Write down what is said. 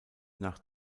nach